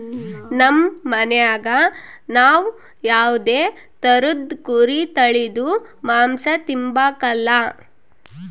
ನಮ್ ಮನ್ಯಾಗ ನಾವ್ ಯಾವ್ದೇ ತರುದ್ ಕುರಿ ತಳೀದು ಮಾಂಸ ತಿಂಬಕಲ